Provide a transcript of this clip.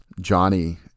Johnny